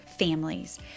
families